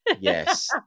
Yes